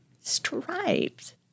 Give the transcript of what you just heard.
Stripes